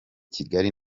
kigali